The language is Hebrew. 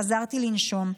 חזרתי לנשום.